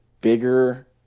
bigger